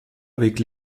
avec